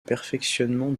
perfectionnement